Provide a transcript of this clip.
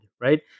right